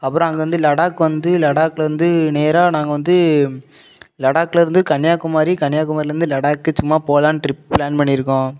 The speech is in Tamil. அப்புறம் அங்கே வந்து லடாக் வந்து லடாக்கில் வந்து நேராக நாங்கள் வந்து லடாக்லேருந்து கன்னியாகுமாரி கன்னியாகுமாரிலேருந்து லடாக்கு சும்மா போகலான்னு ட்ரிப் ப்ளான் பண்ணியிருக்கோம்